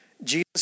Jesus